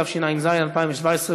התשע"ז 2017,